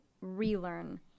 relearn